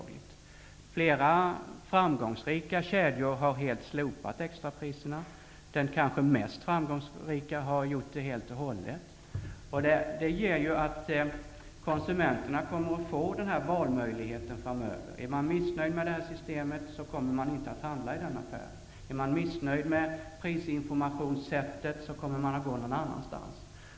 bFlera framgångsrika kedjor har helt slopat extrapriserna. Den kanske mest framgångsrika har gjort det helt och hållet. Det gör att konsumenterna kommer att få valmöjlighet framöver. Om man är missnöjd med systemet, kommer man inte att handla i en affär. Om man är missnöjd med prisinformationen, kommer man att gå någon annanstans.